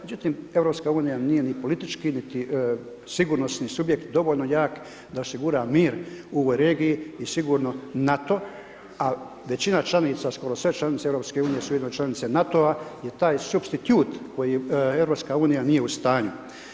Međutim EU nije ni politički niti sigurnosni subjekt dovoljno jak da osigura mir u regiji i sigurno NATO, a većina članica, skoro sve članice EU su ujedno i članice NATO-a i taj supstitut koji EU nije u stanju.